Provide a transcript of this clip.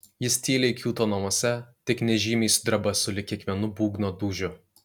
jis tyliai kiūto namuose tik nežymiai sudreba sulig kiekvienu būgno dūžiu